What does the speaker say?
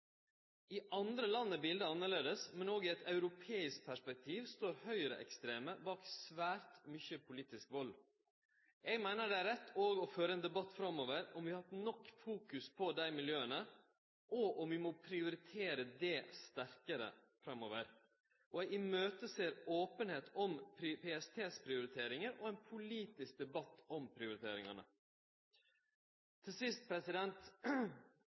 I andre land er biletet annleis, men òg i eit europeisk perspektiv står høgreekstreme bak svært mykje politisk vald. Eg meiner det er rett å føre ein debatt framover om vi har hatt nok fokus på dei miljøa, og om vi må prioritere det sterkare framover. Eg ser fram til openheit om PST sine prioriteringar og ein politisk debatt om prioriteringane. Til sist: